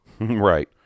Right